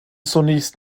zunächst